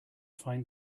find